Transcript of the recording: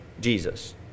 Jesus